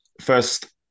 first